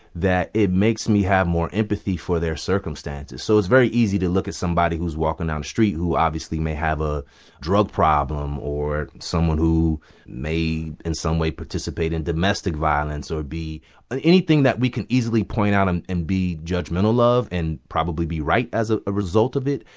that it makes me have more empathy for their circumstances so it's very easy to look at somebody who's walking down the street who obviously may have a drug problem, or someone who may, in some way, participate in domestic violence or be and anything that we can easily point out and and be judgmental of and probably be right, as ah a result of it.